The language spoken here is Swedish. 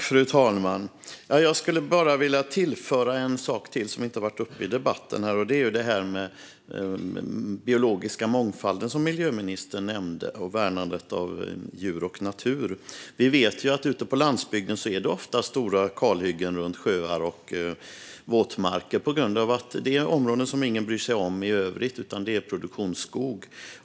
Fru talman! Jag skulle bara vilja tillföra en sak som inte har varit uppe i debatten, och det är den biologiska mångfalden, som miljöministern nämnde, och värnandet av djur och natur. Vi vet att det ute på landsbygden ofta är stora kalhyggen runt sjöar och våtmarker på grund av att det är områden som ingen bryr sig om i övrigt utan som är produktionsskog.